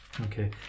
Okay